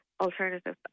alternative